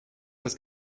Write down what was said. das